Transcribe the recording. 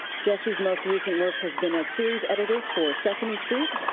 jesse's most recent work has been a series editor for sesame street,